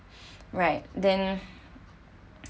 right then